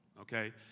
Okay